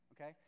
okay